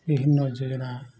ବିଭିନ୍ନ ଯୋଜନା